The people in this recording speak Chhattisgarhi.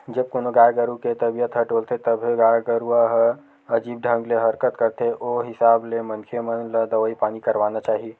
जब कोनो गाय गरु के तबीयत ह डोलथे तभे गाय गरुवा ह अजीब ढंग ले हरकत करथे ओ हिसाब ले मनखे मन ल दवई पानी करवाना चाही